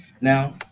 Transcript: now